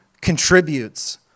contributes